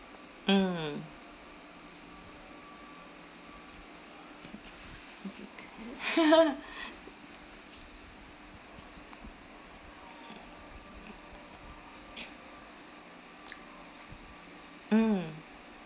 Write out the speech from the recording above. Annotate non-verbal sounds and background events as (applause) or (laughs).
mm (laughs) (noise) mm